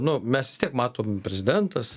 nu mes vis tiek matom prezidentas